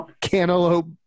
cantaloupe